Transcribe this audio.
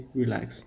relax